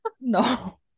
no